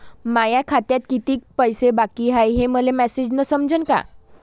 माया खात्यात कितीक पैसे बाकी हाय हे मले मॅसेजन समजनं का?